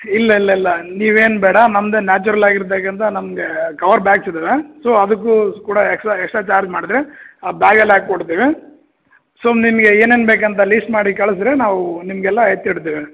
ಇಲ್ಲ ಇಲ್ಲ ಇಲ್ಲ ನೀವು ಏನು ಬೇಡ ನಮ್ಮದೇ ನ್ಯಾಚುರಲ್ ಆಗಿರತಕ್ಕಂಥ ನಮ್ಮದೇ ಕವರ್ ಬ್ಯಾಗ್ಸ್ ಇದವೆ ಸೊ ಅದಕ್ಕೂ ಕೂಡ ಎಕ್ಸ್ಟಾ ಎಕ್ಸ್ಟ್ರಾ ಚಾರ್ಜ್ ಮಾಡದೆ ಆ ಬ್ಯಾಗಲ್ಲಿ ಹಾಕಿಕೊಡ್ತೀವಿ ಸೊ ನಿಮಗೆ ಏನೇನು ಬೇಕಂತ ಲೀಸ್ಟ್ ಮಾಡಿ ಕಳ್ಸಿದ್ರೆ ನಾವು ನಿಮಗೆಲ್ಲ ಎತ್ತಿಡ್ತೇವೆ